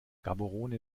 gaborone